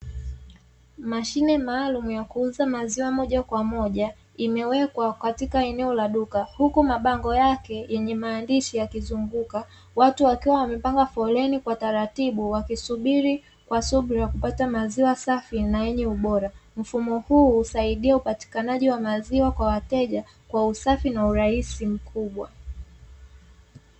Mashine maalumu ya kuuza maziwa moja kwa moja imewekwa katika eneo la duka huku mabango yake yenye maandishi yakiizunguka, watu wakiwa wamepanga foleni kwa taratibu wakisubiri kwa subira kupata maziwa safi na yenye ubora. Mfumo huu husaidia upatikanaji wa maziwa kwa wateja kwa usafi na urahisi mkubwa.